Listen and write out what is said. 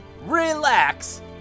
relax